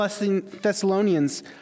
Thessalonians